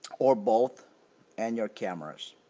or both and your cameras.